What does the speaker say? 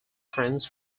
friends